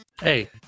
hey